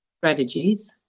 strategies